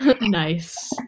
Nice